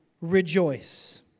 rejoice